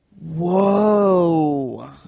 Whoa